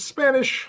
Spanish